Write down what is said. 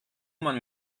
man